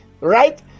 right